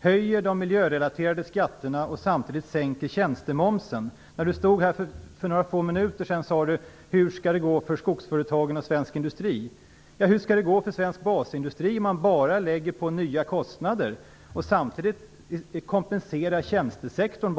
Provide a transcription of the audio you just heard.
höjer de miljörelaterade skatterna och samtidigt sänker tjänstemomsen. Bengt Westerberg frågade för några minuter sedan: Hur skall det gå för skogsföretagen och svensk industri? Ja, hur skall det gå för svensk basindustri om man bara lägger på nya kostnader och samtidigt endast kompenserar tjänstesektorn?